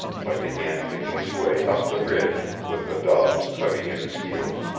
but began picking his way up the ridge with the dogs tugging at his heels.